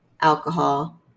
alcohol